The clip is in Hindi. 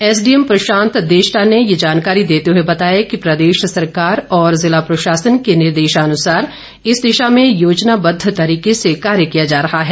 एसडीएम प्रशांत देष्टा ने ये जानकारी देते हुए बताया कि प्रदेश सरकार और जिला प्रशासन के निर्देशानुसार इस दिशा में योजनाबद्व तरीके से कार्य किया जा रहा है